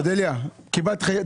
אודליה,